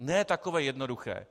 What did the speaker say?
Ne takové jednoduché.